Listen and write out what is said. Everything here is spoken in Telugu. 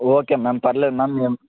ఓకే మ్యామ్ పర్లేదు మ్యామ్ మేం